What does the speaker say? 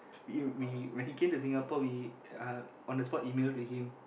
we we when he came to Singapore we uh on the spot email to him